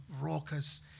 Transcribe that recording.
raucous